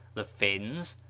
the finns,